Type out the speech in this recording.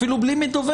אפילו בלי מדובב,